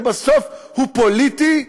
שבסוף הוא פוליטי.